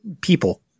people